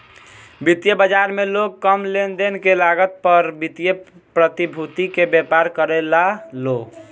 वित्तीय बाजार में लोग कम लेनदेन के लागत पर वित्तीय प्रतिभूति के व्यापार करेला लो